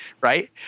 Right